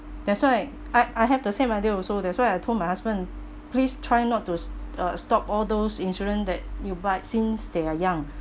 that's why I I have the same idea also that's why I told my husband please try not to uh stop all those insurance that you buy since they are young